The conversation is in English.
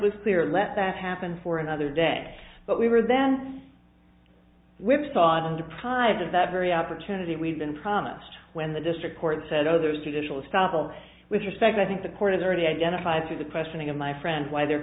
was clear let that happen for another day but we were then whipsaw deprived of that very opportunity we've been promised when the district court said oh there's traditional stuff all with respect i think the court is already identified through the questioning of my friend why there